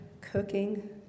cooking